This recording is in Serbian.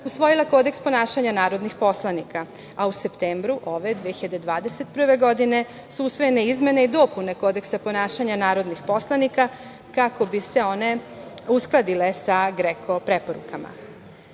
usvojila Kodeks ponašanja narodnih poslanika, a u septembru ove 2021. godine su usvojene izmene i dopune Kodeksa ponašanja narodnih poslanika, kako bi se one uskladile sa GREKO preporukama. Kada